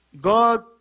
God